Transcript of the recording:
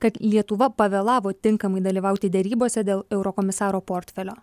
kad lietuva pavėlavo tinkamai dalyvauti derybose dėl eurokomisaro portfelio